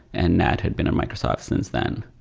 and nat had been in microsoft since then.